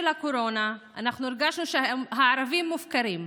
הקורונה אנחנו הרגשנו שהערבים מופקרים,